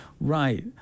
Right